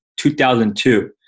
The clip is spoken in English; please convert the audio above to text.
2002